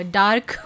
dark